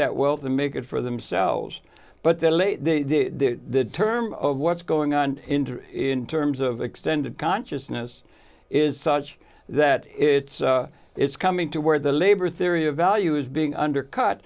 that wealth and make it for themselves but the late term of what's going on in terms of extended consciousness is such that it's it's coming to where the labor theory of value is being undercut